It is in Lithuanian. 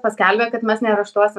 paskelbė kad mes neareštuosim